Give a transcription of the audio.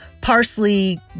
parsley